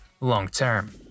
long-term